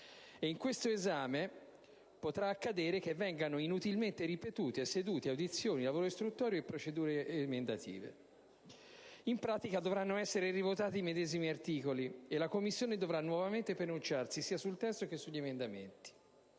in questo esame potrà accadere che vengano inutilmente ripetute sedute, audizioni, lavoro istruttorio e procedure emendative. In pratica, dovranno essere rivotati i medesimi articoli e la Commissione dovrà nuovamente pronunciarsi sia sul testo che sugli emendamenti.